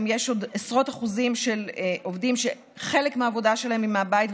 יש גם עשרות אחוזים של עובדים שחלק מהעבודה שלהם היא מהבית,